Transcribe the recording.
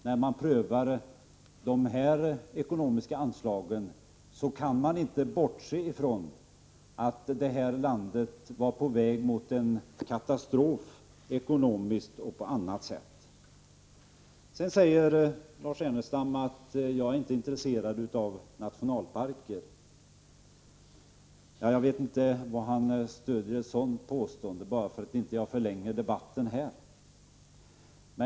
När man prövar dessa ekonomiska anslag kan man inte bortse från att vårt land var på väg mot en katastrof ekonomiskt och på annat sätt. Lars Ernestam säger att jag inte är intresserad av nationalparker. Jag vet inte vad han stöder det påståendet på —t.ex. om det enbart är grundat på att jaginte förlänger debatten här.